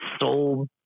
sold